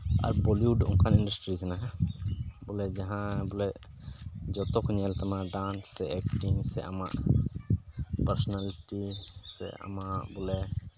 ᱟᱨ Bollywood ᱚᱱᱠᱟᱱ industry ᱠᱟᱱᱟ ᱵᱚᱞᱮ ᱡᱟᱦᱟᱸ ᱵᱚᱞᱮ ᱡᱚᱛᱚ ᱠᱚ ᱧᱮᱞ ᱛᱟᱢᱟ ᱰᱟᱱᱥ ᱥᱮ ᱮᱠᱴᱤᱝ ᱥᱮ ᱟᱢᱟᱜ ᱯᱟᱨᱥᱳᱱᱟᱞᱤᱴᱤ ᱥᱮ ᱟᱢᱟᱜ ᱵᱚᱞᱮ